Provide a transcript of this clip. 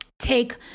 Take